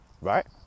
right